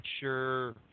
sure